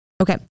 okay